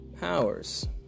powers